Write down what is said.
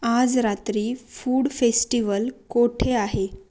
आज रात्री food festival कोठे आहे